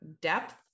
depth